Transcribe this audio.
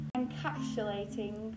encapsulating